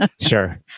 Sure